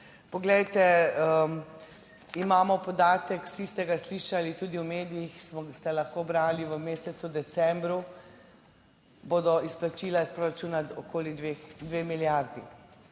Poglejte, imamo podatek, vsi ste ga slišali, tudi v medijih ste lahko brali, v mesecu decembru bodo izplačila iz proračuna okoli dve milijardi.